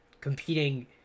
competing